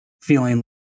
feeling